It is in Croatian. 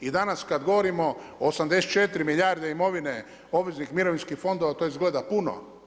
I danas kada govorimo o 84 milijarde imovine obveznih mirovinskih fondova to izgleda puno.